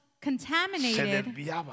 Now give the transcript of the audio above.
contaminated